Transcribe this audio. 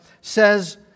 says